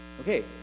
Okay